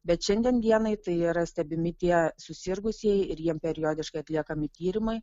bet šiandien dienai tai yra stebimi tie susirgusieji ir jiem periodiškai atliekami tyrimai